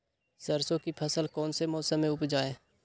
सरसों की फसल कौन से मौसम में उपजाए?